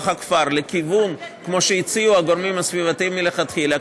הכפר לכיוון שהציעו הגורמים הסביבתיים מלכתחילה,